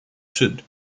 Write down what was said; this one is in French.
sud